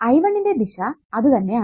I1 ന്റെ ദിശ അതുതന്നെയാണ്